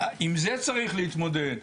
עם זה צריך להתמודד,